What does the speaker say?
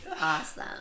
Awesome